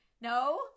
No